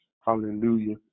Hallelujah